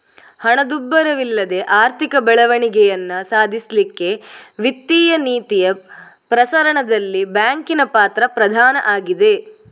ಹಣದುಬ್ಬರವಿಲ್ಲದೆ ಆರ್ಥಿಕ ಬೆಳವಣಿಗೆಯನ್ನ ಸಾಧಿಸ್ಲಿಕ್ಕೆ ವಿತ್ತೀಯ ನೀತಿಯ ಪ್ರಸರಣದಲ್ಲಿ ಬ್ಯಾಂಕಿನ ಪಾತ್ರ ಪ್ರಧಾನ ಆಗಿದೆ